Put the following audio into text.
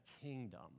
kingdom